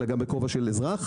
אלא גם בכובע של אזרח.